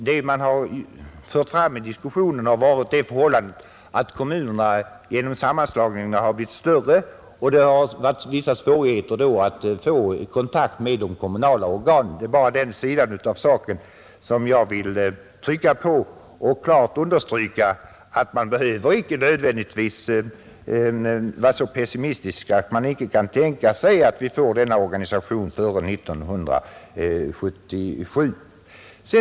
Men man har ju i diskussionen fört fram att kommunerna genom sammanslagningen har blivit större och att det har uppstått vissa svårigheter att få kontakt med de kommunala organen. Det är den sidan av saken som jag vill trycka på. Jag vill också understryka att man icke nödvändigtvis behöver vara så pessimistisk att man icke kan tänka sig att vi får denna organisation före 1977.